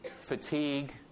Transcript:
fatigue